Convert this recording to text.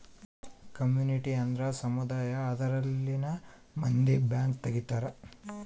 community ಅಂದ್ರ ಸಮುದಾಯ ಅದರಲ್ಲಿನ ಮಂದಿ ಬ್ಯಾಂಕ್ ತಗಿತಾರೆ